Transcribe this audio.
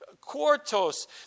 Quartos